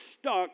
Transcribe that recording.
stuck